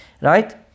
Right